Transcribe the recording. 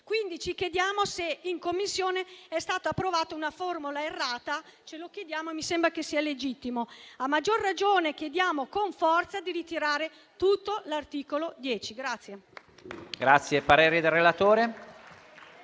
chiediamo quindi se in Commissione sia stata approvata una formula errata. Ce lo chiediamo e mi sembra che sia legittimo farlo. A maggior ragione chiediamo con forza di ritirare tutto l'articolo 10.